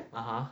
(uh huh)